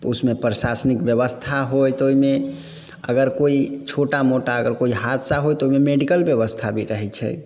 उसमे प्रशासनिक व्यवस्था होइत ओइमे अगर कोइ छोटा मोटा अगर कोइ हादसा होइत तऽ ओइमे मेडिकल व्यवस्था भी रहै छै